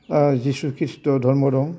ओह जिशुखिस्ट' धरम' दं